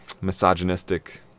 misogynistic